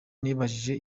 nibajije